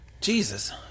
Jesus